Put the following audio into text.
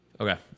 okay